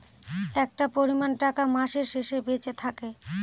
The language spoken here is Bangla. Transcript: একটা পরিমান টাকা মাসের শেষে বেঁচে থাকে